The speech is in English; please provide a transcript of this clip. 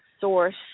source